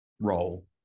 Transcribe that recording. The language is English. role